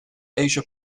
asia